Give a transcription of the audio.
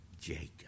Jacob